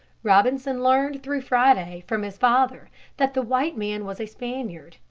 robinson learned through friday from his father that the white man was a spaniard,